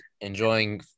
enjoying